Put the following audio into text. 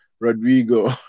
Rodrigo